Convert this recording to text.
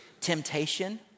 temptation